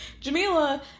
Jamila